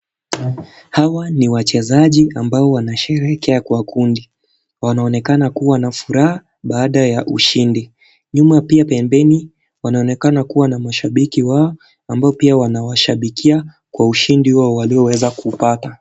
Hawa ni wachezaji ambao wanasherehekea kwa kundi, wanaonekana kua na furaha baada ya ushindi, nyuma pia pembeni wanaonekana kua na mashabiki wao, ambao pia wanawashabikia kwa ushindi huo walioweza kuupata.